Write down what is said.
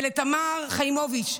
ולתמר חיימוביץ,